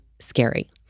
scary